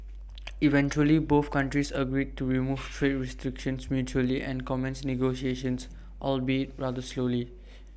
eventually both countries agreed to remove trade restrictions mutually and commence negotiations albeit rather slowly